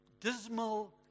dismal